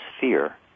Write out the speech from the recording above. fear